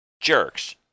jerks